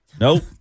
Nope